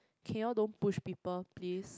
can you all don't push people please